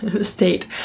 state